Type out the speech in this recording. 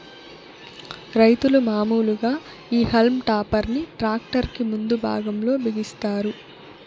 రైతులు మాములుగా ఈ హల్మ్ టాపర్ ని ట్రాక్టర్ కి ముందు భాగం లో బిగిస్తారు